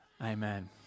Amen